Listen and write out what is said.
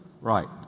Right